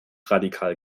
radikal